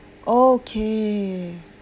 oh okay